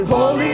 Holy